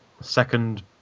second